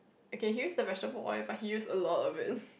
okay he used the vegetable oil but he used a lot of it